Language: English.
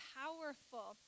powerful